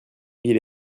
ville